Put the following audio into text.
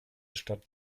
stadt